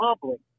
public